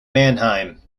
mannheim